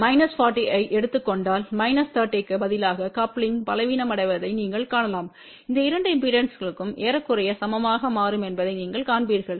minus 40 ஐ எடுத்துக் கொண்டால் மைனஸ் 30 க்கு பதிலாக கப்லிங் பலவீனமடைவதை நீங்கள் காணலாம் இந்த இரண்டு இம்பெடன்ஸ்களும் ஏறக்குறைய சமமாக மாறும் என்பதை நீங்கள் காண்பீர்கள்